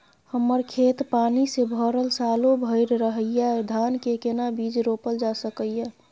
हमर खेत पानी से भरल सालो भैर रहैया, धान के केना बीज रोपल जा सकै ये?